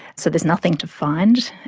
so there's nothing to find.